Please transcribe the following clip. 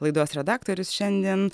laidos redaktorius šiandien